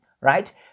right